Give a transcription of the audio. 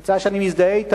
על הצעה שאני מזדהה אתה,